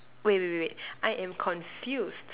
wait wait wait I am confused